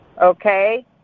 Okay